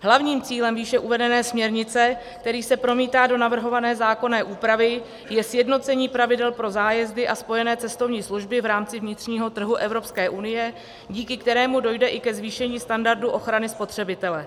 Hlavním cílem výše uvedené směrnice, který se promítá do navrhované zákonné úpravy, je sjednocení pravidel pro zájezdy a spojené cestovní služby v rámci vnitřního trhu Evropské unie, díky kterému dojde i ke zvýšení standardu ochrany spotřebitele.